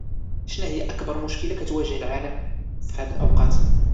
شناهيا أكبر مشكلة كتواجه العالم فهاد الأوقات؟